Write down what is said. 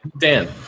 Dan